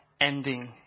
ending